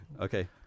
Okay